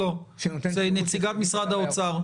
נציגת משרד האוצר,